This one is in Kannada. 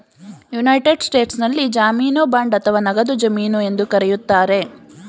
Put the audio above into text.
ಯುನೈಟೆಡ್ ಸ್ಟೇಟ್ಸ್ನಲ್ಲಿ ಜಾಮೀನು ಬಾಂಡ್ ಅಥವಾ ನಗದು ಜಮೀನು ಎಂದು ಕರೆಯುತ್ತಾರೆ